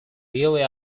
really